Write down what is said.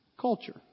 culture